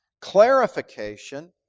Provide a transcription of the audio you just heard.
clarification